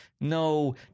No